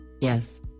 Yes